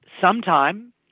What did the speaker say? sometime